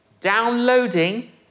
downloading